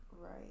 Right